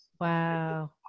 Wow